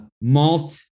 malt